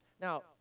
Now